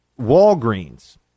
Walgreens